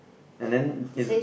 and then